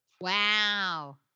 Wow